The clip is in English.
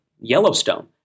Yellowstone